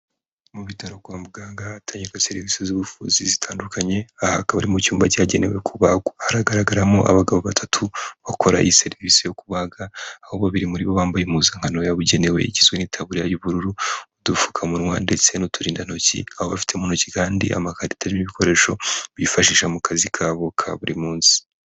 Mu bitaro kwa muganga ahatangirwa serivisi z'ubuvuzi zitandukanye, aha hakaba ari mu cyumba cyagenewe kubagwa. Hagaragaramo abagabo batatu bakora iyi serivisi yo kubaga, aho babiri muri bo bambaye impuzankano yabugenewe igizwe n'itaburiya y'ubururu, udupfukamunwa ndetse n'uturindantoki, aho bafite mu ntoki kandi amakarita n'ibikoresho bifashisha mu kazi kabo ka buri munsi.